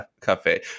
cafe